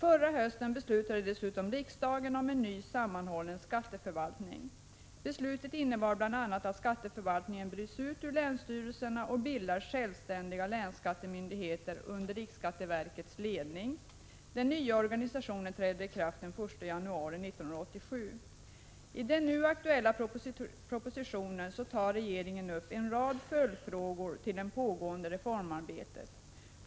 Förra hösten beslutade dessutom riksdagen om en ny sammanhållen skatteförvaltning. Beslutet innebar bl.a. att skatteförvaltningen bryts ut ur länsstyrelserna och bildar självständiga länsskattemyndigheter under riksskatteverkets ledning. Den nya organisationen träder i kraft den 1 januari 1987. I den nu aktuella propositionen tar regeringen upp en rad följdfrågor med anledning av det pågående reformarbetet.